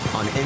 on